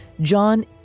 John